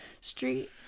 Street